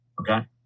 okay